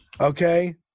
Okay